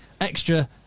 extra